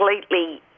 completely